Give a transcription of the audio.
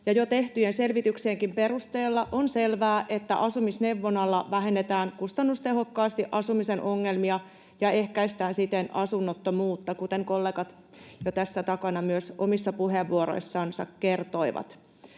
jo tehtyjen selvityksienkin perusteella on selvää, että asumisneuvonnalla vähennetään kustannustehokkaasti asumisen ongelmia ja ehkäistään siten asunnottomuutta, kuten kollegat jo tässä takana myös omissa puheenvuoroissansa kertoivat.